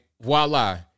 voila